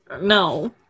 No